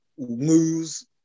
Moves